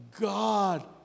God